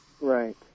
Right